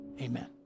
amen